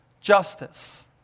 Justice